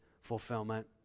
fulfillment